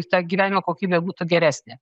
ta gyvenimo kokybė būtų geresnė